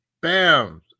Bam